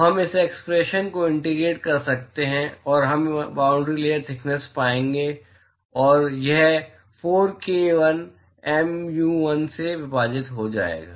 तो हम इस एक्सप्रेशन को इंटीग्रेट कर सकते हैं और हम बाॅन्ड्री लेयर थिकनेस पाएंगे और यह 4k l mu l से विभाजित हो जाएगा